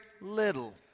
little